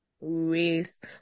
race